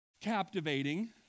captivating